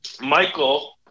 Michael